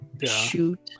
shoot